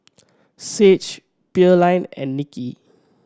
Sage Pearline and Niki